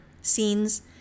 scenes